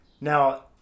Now